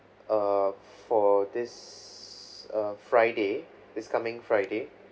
err for this uh friday this coming friday